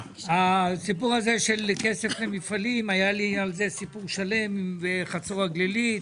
הסיפור של כסף של מפעלים היה לי על זה סיפור שלם בחצור הגלילית.